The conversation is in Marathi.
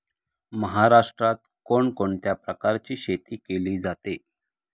महाराष्ट्रात कोण कोणत्या प्रकारची शेती केली जाते?